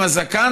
עם הזקן,